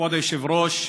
כבוד היושב-ראש,